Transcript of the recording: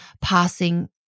passing